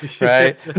Right